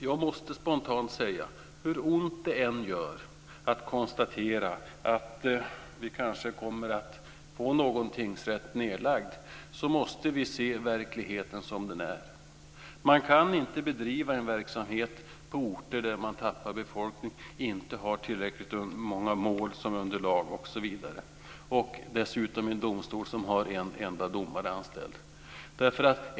Jag måste spontant säga så här: Hur ont det än gör att konstatera att vi kanske kommer att få någon tingsrätt nedlagd måste vi se verkligheten som den är. Man kan inte bedriva en verksamhet på orter där man tappar befolkning, inte har tillräckligt många mål som underlag, osv. Dessutom har domstolen en enda domare anställd.